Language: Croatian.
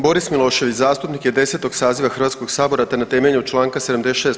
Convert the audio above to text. Boris Milošević zastupnik je 10. saziva Hrvatskog sabora te na temelju Članka 76.